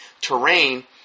terrain